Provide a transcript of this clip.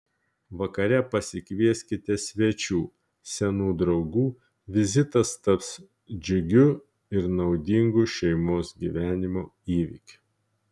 vakare pasikvieskite svečių senų draugų vizitas taps džiugiu ir naudingu šeimos gyvenimo įvykiu